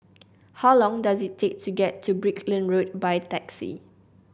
how long does it take to get to Brickland Road by taxi